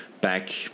Back